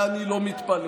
ואני לא מתפלא.